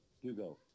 Hugo